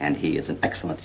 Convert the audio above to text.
and he is an excellent